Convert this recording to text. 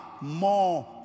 more